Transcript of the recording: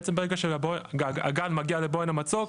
בעצם ברגע שהגל מגיע לבוהן המצוק,